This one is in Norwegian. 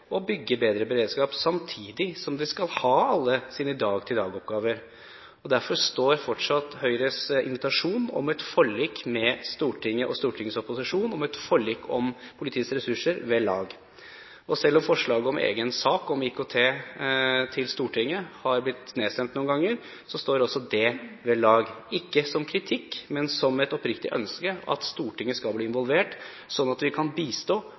bygge bedre beredskap samtidig som det skal ha alle sine fra dag til dag-oppgaver. Derfor står fortsatt Høyres invitasjon til Stortinget og Stortingets opposisjon om et forlik om politiets ressurser ved lag. Og selv om forslaget om egen sak om IKT til Stortinget har blitt nedstemt noen ganger, står også det ved lag – ikke som kritikk, men som et oppriktig ønske om at Stortinget skal bli involvert slik at vi kan bistå